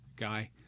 guy